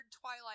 Twilight